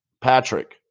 Patrick